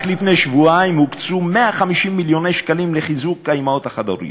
רק לפני שבועיים הוקצו 150 מיליוני שקלים לחיזוק האימהות החד-הוריות: